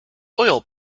oil